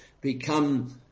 become